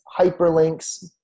hyperlinks